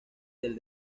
del